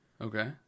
okay